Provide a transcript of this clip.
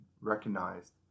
recognized